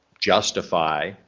justify,